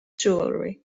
jewelry